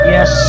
Yes